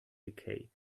decay